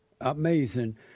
Amazing